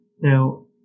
Now